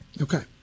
Okay